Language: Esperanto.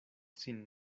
sin